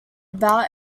about